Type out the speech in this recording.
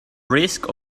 risk